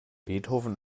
beethoven